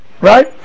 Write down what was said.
Right